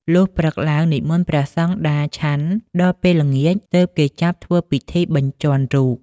លុះព្រឹកឡើងនិមន្តព្រះសង្ឃដារ ឆាន់ ដល់ពេលល្ងាច ទើបគេចាប់ធ្វើពិធីបញ្ជាន់រូប ។